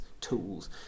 tools